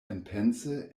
enpense